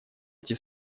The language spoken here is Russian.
эти